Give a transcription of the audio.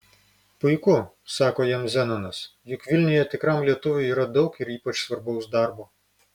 puiku sako jam zenonas juk vilniuje tikram lietuviui yra daug ir ypač svarbaus darbo